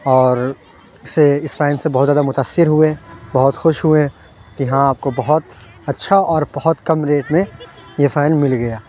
اور اس سے اس فین سے بہت زیادہ متاثر ہوئے بہت خوش ہوئے کہ ہاں آپ کو بہت اچھا اور بہت کم ریٹ میں یہ فین مل گیا